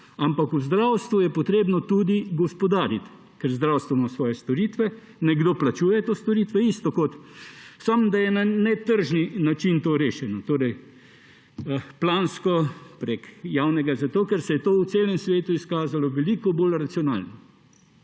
Ampak v zdravstvu je treba tudi gospodariti, ker zdravstvo ima svoje storitve, nekdo plačuje te storitve, enako, samo da je na netržni način to rešeno, torej plansko, preko javnega, zato ker se je to po celem svetu izkazalo veliko bolj racionalno